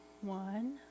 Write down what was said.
one